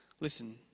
Listen